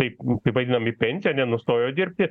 taip kaip vadinam į pensiją nenustojo dirbti